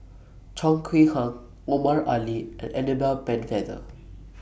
Chong Kee Hiong Omar Ali and Annabel Pennefather